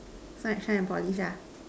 shine shine and polish ah